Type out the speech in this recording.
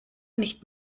nicht